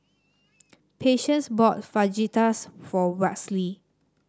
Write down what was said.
Patience bought Fajitas for Westley